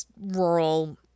rural